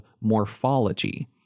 morphology